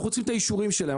אנו רוצים את האישורים שלהם.